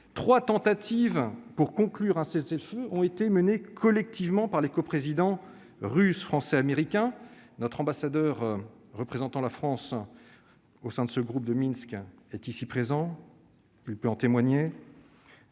Trois tentatives pour conclure un cessez-le-feu ont été menées collectivement par les coprésidents russe, français, américain. Notre ambassadeur représentant la France au sein du groupe de Minsk, ici présent, peut en témoigner